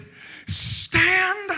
stand